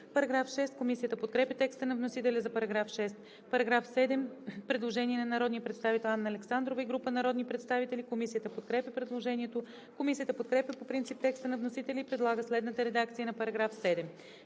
съюз.“ Комисията подкрепя текста на вносителя за § 6. По § 7 е постъпило предложение на народния представител Анна Александрова и група народни представители. Комисията подкрепя предложението. Комисията подкрепя по принцип текста на вносителя и предлага следната редакция на § 7: „§ 7.